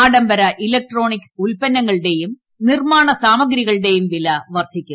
ആഡ്രംബര electronic ഉൽപ്പന്നങ്ങളുടെയും നിർമാണ സാമഗ്രികളുടെയും വില വർദ്ധിക്കും